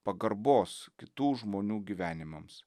pagarbos kitų žmonių gyvenimams